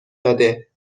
داده